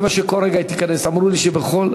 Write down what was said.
כרגע אומרים לי שהשרה יעל גרמן,